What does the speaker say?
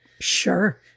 sure